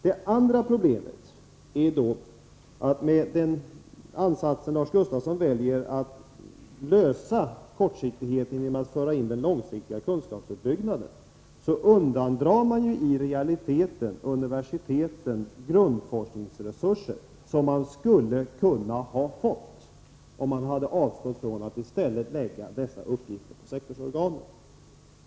Det andra problemet är att med den ansats som Lars Gustafsson väljer för att lösa kortsiktigheten, nämligen att föra in den långsiktiga kunskapsuppbyggnaden i sektorsorganen, så undandrar man i realiteten universiteten grundforskningsresurser, som de skulle kunna ha fått om man hade avstått från att lägga dessa på sektorerna.